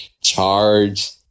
Charge